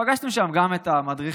פגשנו שם גם את המדריכים,